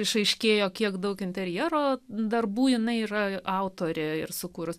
išaiškėjo kiek daug interjero darbų jinai yra autorė ir sukūrus